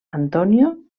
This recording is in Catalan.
antonio